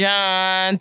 John